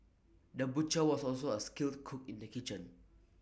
the butcher was also A skilled cook in the kitchen